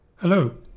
Hello